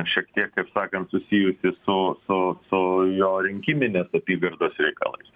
šiek tiek kaip sakant susijusį su su su jo rinkiminės apygardos reikalais